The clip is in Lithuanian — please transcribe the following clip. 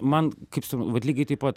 man kaip supra vat lygiai taip pat